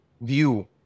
view